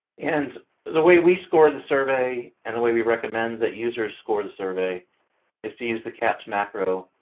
and the way we score the survey and the way we recommend that users score the survey is to use the cahps macro